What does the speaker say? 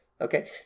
okay